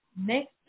next